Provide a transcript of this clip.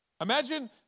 Imagine